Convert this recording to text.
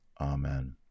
Amen